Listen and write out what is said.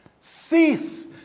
Cease